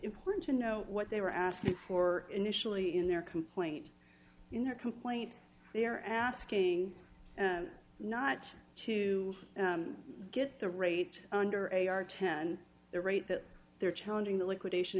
important to know what they were asking for initially in their complaint in their complaint they're asking not to get the rate under a r ten the rate that they're challenging the liquidation